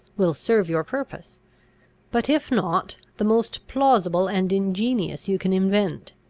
will serve your purpose but, if not, the most plausible and ingenious you can invent.